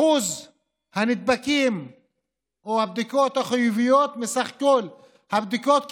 אחוז הנדבקים או הבדיקות החיוביות בסך הבדיקות,